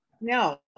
no